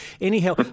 anyhow